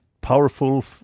powerful